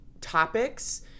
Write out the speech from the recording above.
topics